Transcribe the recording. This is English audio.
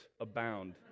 abound